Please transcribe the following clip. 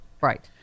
Right